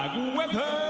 weber